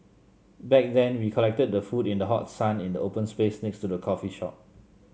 back then we collected the food in the hot sun in the open space next to the coffee shop